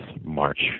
March